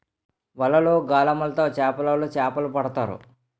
వలలు, గాలములు తో చేపలోలు చేపలు పడతారు